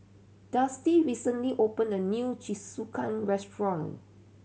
Dusty recently opened a new Jingisukan restaurant